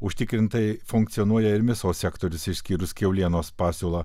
užtikrintai funkcionuoja ir mėsos sektorius išskyrus kiaulienos pasiūlą